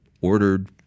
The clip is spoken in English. ordered